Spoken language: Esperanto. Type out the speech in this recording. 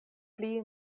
pli